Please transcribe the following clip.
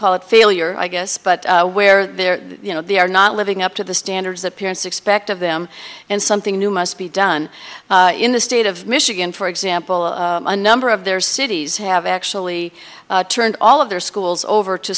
call it failure i guess but where they're you know they are not living up to the standards appearance expect of them and something new must be done in the state of michigan for example a number of their cities have actually turned all of their schools over